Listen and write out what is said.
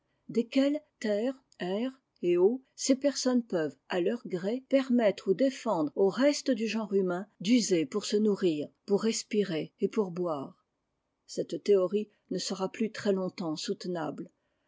desquelles terre air et eau ces personnes peuvent à leur gré permettre ou défendre au reste du genre humain d'user pour se nourrir pour respirer et pour boire cette théorie ne sera plus très longtemps soutenable